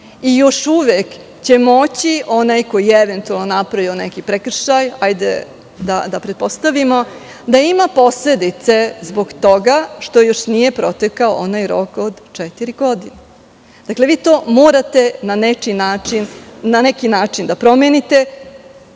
i još uvek će moći onaj ko je eventualno napravio neki prekršaj, da pretpostavimo, da ima posledice zbog toga što još nije protekao onaj rok od četiri godine. Vi to morate na neki način da promenite.